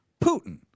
Putin